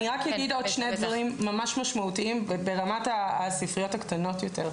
אני רק אגיד עוד שני דברים ממש משמעותיים ברמת הספריות הקטנות יותר,